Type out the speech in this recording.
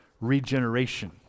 regeneration